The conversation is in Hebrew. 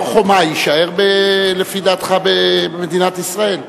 הר-חומה יישאר, לפי דעתך, במדינת ישראל?